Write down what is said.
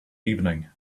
evening